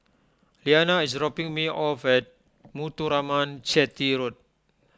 Liana is dropping me off at Muthuraman Chetty Road